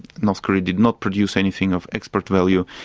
north korea did not produce anything of export value.